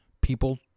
People